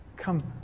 come